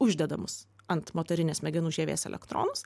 uždedamus ant motorinės smegenų žievės elektronus